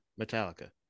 Metallica